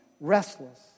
restless